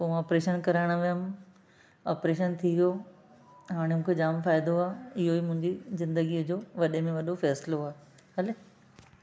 पोइ मां ऑपरेशन कराइण वियमि ऑपरेशन थी वियो हाणे मूंखे जाम फ़ाइदो आहे इहो ई मुंहिंजी ज़िंदगीअ जो वॾे में वॾो फ़ैसिलो आहे